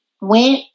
went